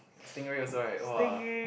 stingray also right !wah!